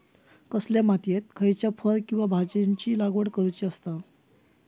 कसल्या मातीयेत खयच्या फळ किंवा भाजीयेंची लागवड करुची असता?